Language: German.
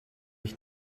ich